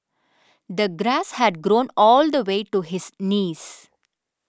the grass had grown all the way to his knees